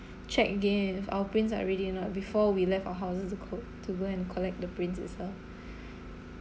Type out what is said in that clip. check again if our prints are ready not before we left our houses to qo~ to go and collect the prints itself